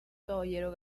caballero